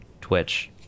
Twitch